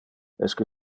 esque